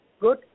good